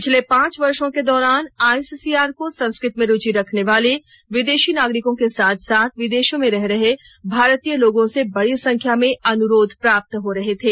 पिछले पांच वर्षो के दौरान आईसीसीआर को संस्कृत में रुचि रखने वाले विदेशी नागरिकों के साथ साथ विदेशों में रह रहे भारतीय लोगों से बड़ी संख्या में अनुरोध प्राप्त हो रहे थे